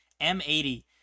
M80